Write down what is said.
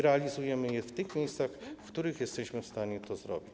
Realizujemy je w tych miejscach, w których jesteśmy w stanie to zrobić.